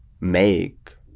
make